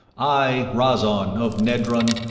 i, rhazon of nedrun,